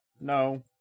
No